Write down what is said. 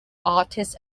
artists